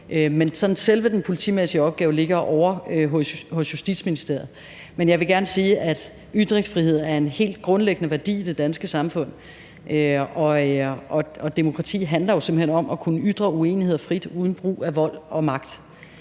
ytre sig. Selve den politimæssige opgave ligger ovre hos Justitsministeriet, men jeg vil gerne sige, at ytringsfrihed er en helt grundlæggende værdi i det danske samfund, og demokrati handler jo simpelt hen om at kunne ytre uenigheder frit uden brug af vold og magt.